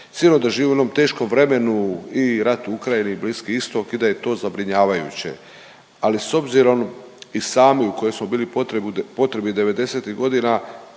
Sigurno da živimo u jednom teškom vremenu i rat u Ukrajini i Bliski istok i da je to zabrinjavajuće ali s obzirom i sami u kojoj smo bili potrebi '90-ih godina,